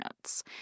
notes